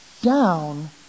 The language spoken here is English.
down